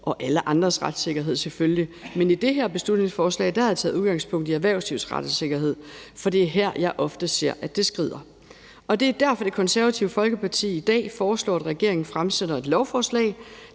og alle andres retssikkerhed selvfølgelig. Men i det her beslutningsforslag har jeg taget udgangspunkt i erhvervslivets retssikkerhed, for det er her, jeg oftest ser det skrider. Det er derfor, Det Konservative Folkeparti i dag foreslår, at regeringen fremsætter et lovforslag,